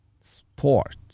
sport